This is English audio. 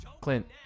Clint